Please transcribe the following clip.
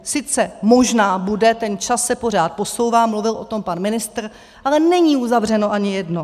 Sice možná bude, ten čas se pořád posouvá, mluvil o tom pan ministr, ale není uzavřeno ani jedno.